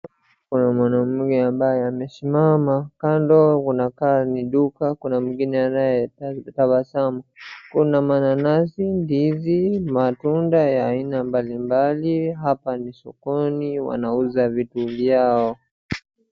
Kuna mwanamge ambaye amesimama kando kunakaa ni duka, kuna mwingine ambaye anatabasamu. Kuna mananasi, ndizi matunda ya aina mbalimbali, hapa ni sokoni wanauza vitu vyao.